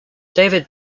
david